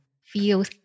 feels